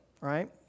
right